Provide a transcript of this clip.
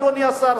אדוני השר,